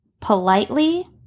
politely